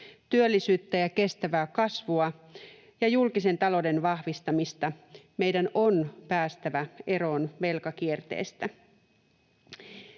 työllisyyttä ja kestävää kasvua ja julkisen talouden vahvistamista. Meidän on päästävä eroon velkakierteestä.